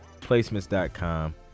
placements.com